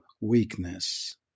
weakness